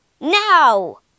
Now